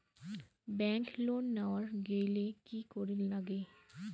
Bank loan নেওয়ার গেইলে কি করীর নাগে?